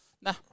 Nah